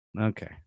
Okay